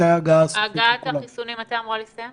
מתי אמורה להסתיים